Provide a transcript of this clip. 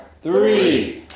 three